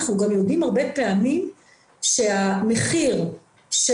אנחנו גם יודעים הרבה פעמים שהמחיר של